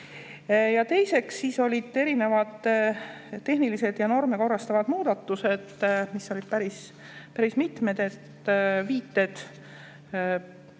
teiseks olid erinevad tehnilised ja norme korrastavad muudatused, mida oli päris mitu: viited